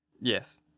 Yes